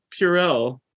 Purell